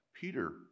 Peter